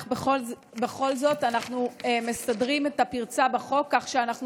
איך בכל זאת אנחנו מסדרים את הפרצה בחוק כך שאנחנו